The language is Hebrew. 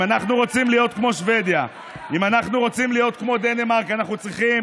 אם אנחנו רוצים להיות כמו דנמרק, אנחנו צריכים